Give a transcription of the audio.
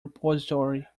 repository